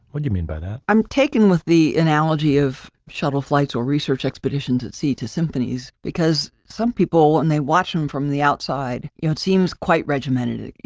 what do you mean by that? i'm taking with the analogy of shuttle flights or research expeditions at sea to symphonies because some people, and they watch them from the outside, you know, it seems quite regimented, you